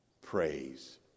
Praise